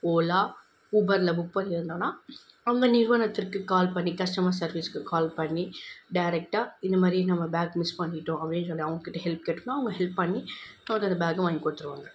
ஓலா ஊபர்ல புக் பண்ணிருந்தோம்னா அங்கே நிறுவனத்திற்கு கால் பண்ணி கஸ்டமர் சர்வீஸ்க்கு கால் பண்ணி டேரெக்டாக இந்த மாதிரி நம்ம பேக் மிஸ் பண்ணிட்டோம் அப்படின்னு சொல்லி அவங்கக்கிட்ட ஹெல்ப் கேட்டோம்னா அவங்க ஹெல்ப் பண்ணி அதோடய பேகை வாங்கி கொடுத்துருவாங்க